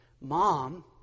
mom